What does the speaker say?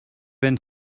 been